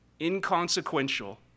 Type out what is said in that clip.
inconsequential